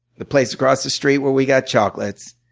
the place across the street where we got chocolates.